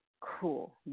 cool